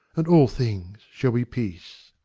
and all things shall be peace.